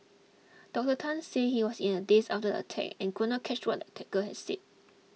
Doctor Tan said he was in a daze after the attack and could not catch what the attacker had said